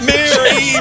Mary